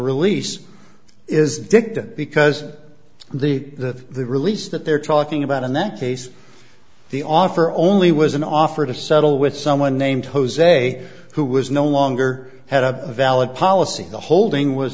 release is dicta because the release that they're talking about in that case the offer only was an offer to settle with someone named jose who was no longer had a valid policy the holding was